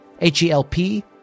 H-E-L-P